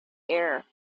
air